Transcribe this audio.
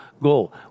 goal